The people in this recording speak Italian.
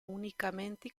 unicamente